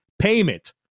payment